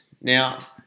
Now